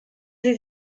sie